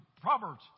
Proverbs